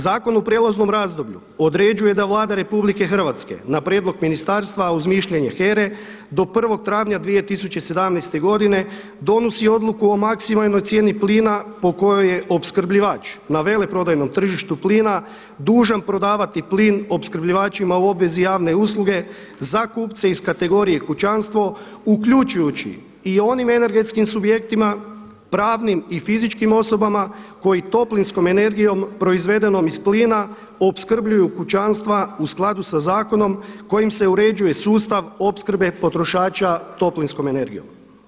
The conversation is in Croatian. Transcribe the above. Zakon u prijelaznom razdoblju određuje da Vlada Republike Hrvatske na prijedlog ministarstva, a uz mišljenje HERA-e do 1. travnja 2017. godine donosi odluku o maksimalnoj cijeni plina po kojoj je opskrbljivač na veleprodajnom tržištu plina dužan prodavati plin opskrbljivačima u obvezi javne usluge za kupce iz kategorije kućanstvo uključujući i onim energentskim subjektima, pravnim i fizičkim osobama koji toplinskom energijom proizvedenom iz plina opskrbljuju kućanstva u skladu sa zakonom kojim se uređuje sustav opskrbe potrošača toplinskom energijom.